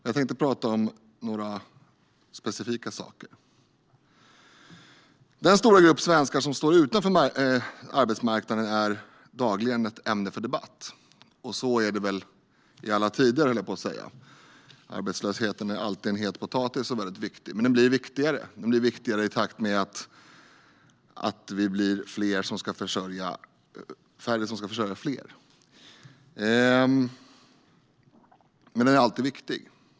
Jag tänkte tala om några specifika saker. Den stora grupp svenskar som står utanför arbetsmarknaden är ett ämne för daglig debatt. Så är det väl i alla tider - arbetslösheten är alltid en het potatis. Den är alltid viktig, men den blir viktigare i takt med att vi blir färre som ska försörja fler.